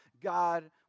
God